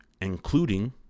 including